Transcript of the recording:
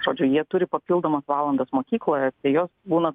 žodžiu jie turi papildomas valandas mokykloje tai jos būna